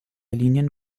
linien